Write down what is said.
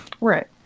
Right